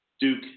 Duke